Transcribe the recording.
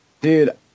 Dude